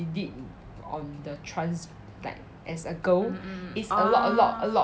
he did on the trans like as a girl is a lot a lot a lot